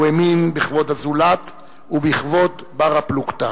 הוא האמין בכבוד הזולת ובכבוד בר-הפלוגתא.